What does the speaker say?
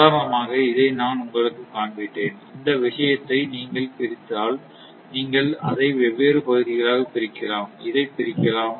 உதாரணமாக இதை நான் உங்களுக்குக் காண்பித்தேன் இந்த விஷயத்தை நீங்கள் பிரித்தால் நீங்கள் அதை வெவ்வேறு பகுதிகளாகப் பிரிக்கலாம் இது இதைப் பிரிக்கலாம்